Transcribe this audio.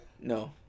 No